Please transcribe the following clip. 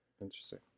Interesting